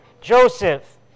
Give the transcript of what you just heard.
Joseph